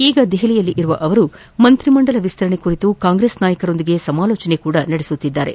ಈಗ ದೆಹಲಿಯಲ್ಲಿರುವ ಅವರು ಮಂತ್ರಿಮಂಡಲ ವಿಸ್ತರಣೆ ಕುರಿತು ಕಾಂಗ್ರೆಸ್ ನಾಯಕರೊಂದಿಗೆ ಸಮಾಲೋಚನೆ ಕೂಡ ನಡೆಸುತ್ತಿದ್ದಾರೆ